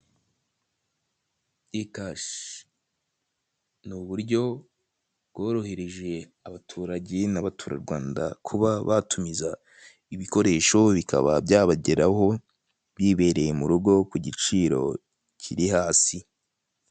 Ikashi. Ni uburyo bworohereje abaturage n'abaturarwanda kuba batumiza ibikoresho bikaba byabageraho bibereye mu rugo ku giciro kiri hasi.